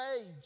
age